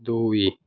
ଦୁଇ